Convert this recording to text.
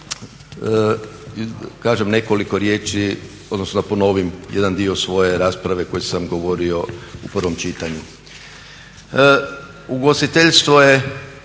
Ugostiteljstvo je